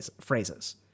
phrases